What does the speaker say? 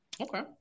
okay